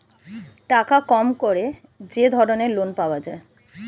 টাকা কম করে যে ধরনের লোন পাওয়া যায়